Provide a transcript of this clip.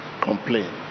complain